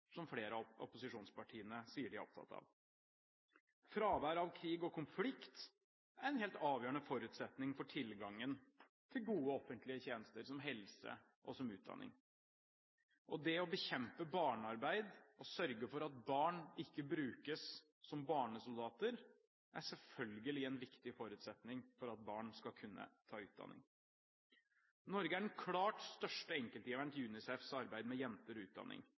som flere av opposisjonspartiene sier de er opptatt av. Fravær av krig og konflikt er en helt avgjørende forutsetning for tilgangen til gode offentlige tjenester som helse og utdanning. Og det å bekjempe barnearbeid og sørge for at barn ikke brukes som barnesoldater, er selvfølgelig en viktig forutsetning for at barn skal kunne ta utdanning. Norge er den klart største enkeltgiveren til UNICEFs arbeid med jenter og utdanning,